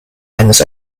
eines